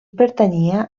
pertanyia